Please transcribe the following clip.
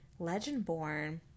Legendborn